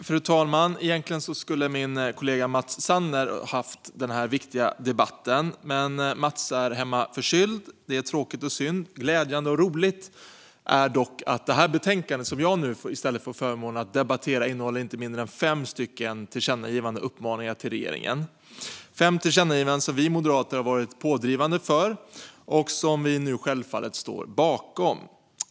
Fru talman! Egentligen skulle min kollega Mats Sander haft denna viktiga debatt, men Mats är hemma och är förkyld. Det är tråkigt och synd. Glädjande och roligt är dock att det betänkande som jag nu i stället får förmånen att debattera innehåller inte mindre än fem förslag till tillkännagivanden och uppmaningar till regeringen. Det är fem förslag till tillkännagivanden som vi moderater har varit pådrivande för och som vi nu självfallet står bakom.